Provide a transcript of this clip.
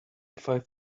five